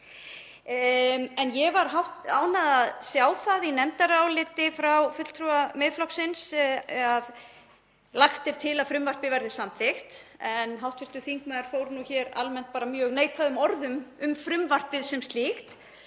Ég var ánægð að sjá það, í nefndaráliti frá fulltrúa Miðflokksins, að lagt er til að frumvarpið verði samþykkt en hv. þingmaður fór annars almennt mjög neikvæðum orðum um frumvarpið sem slíkt.